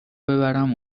ببرم